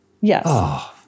Yes